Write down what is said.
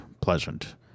pleasant